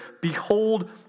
behold